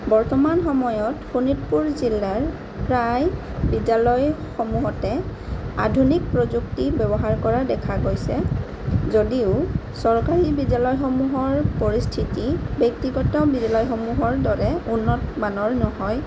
বৰ্তমান সময়ত শোণিতপুৰ জিলাৰ প্ৰায় বিদ্যালয়সমূহতে আধুনিক প্ৰযুক্তি ব্যৱহাৰ কৰা দেখা গৈছে যদিও চৰকাৰী বিদ্যালয়সমূহৰ পৰিস্থিতি ব্যক্তিগত বিদ্যালয়সমূহৰ দৰে উন্নতমানৰ নহয়